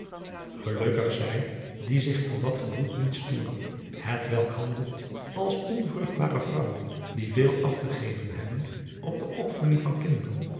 gelukkig zij die zich aan dat gebroed niet storen hetwelk hanadriaan loosjes pzn het leven van hillegonda buisman delt als onvruchtbare vrouwen die veel af te geven hebben op de opvoeding van kinderen